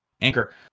Anchor